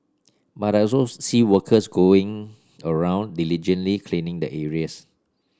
but I also see workers going around diligently cleaning the areas